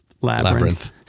Labyrinth